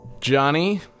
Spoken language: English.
Johnny